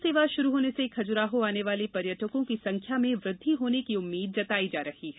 विमान सेवा शुरू होने से खजुराहों आने वाले पर्यटकों की संख्या में वृद्धि होने की उम्मीद् जताई जा रही है